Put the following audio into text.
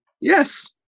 Yes